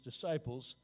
disciples